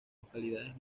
localidades